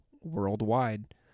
worldwide